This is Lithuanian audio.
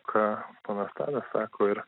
ką ponas tadas sako ir